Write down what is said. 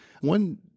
One